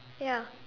ya